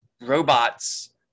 robots